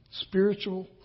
Spiritual